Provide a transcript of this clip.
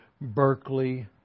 Berkeley